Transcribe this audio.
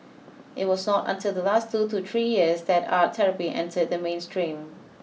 it was not until the last two to three years that art therapy entered the mainstream